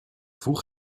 vroeg